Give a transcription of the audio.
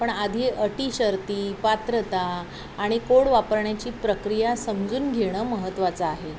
पण आधी अटी शर्ती पात्रता आणि कोड वापरण्याची प्रक्रिया समजून घेणं महत्त्वाचं आहे